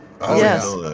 Yes